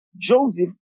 Joseph